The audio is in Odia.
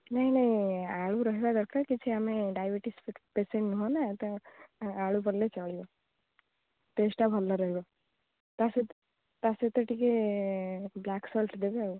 ନାହିଁ ନାଇଁ ଆଳୁ ରହିବା ଦରକାର କିଛି ଆମେ ଡାଇବେଟିସ୍ ପେସେଣ୍ଟ ନୁହଁ ନା ତ ଆଳୁ ପଡ଼ିଲେ ଚଳିବ ଟେଷ୍ଟଟା ଭଲ ରହିବ ତା' ସହିତ ତା' ସହିତ ଟିକିଏ ବ୍ଲାକ୍ ସଲ୍ଟ ଦେବେ ଆଉ